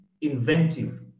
inventive